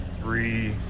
three